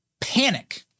panic